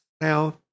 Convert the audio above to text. now